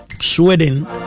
Sweden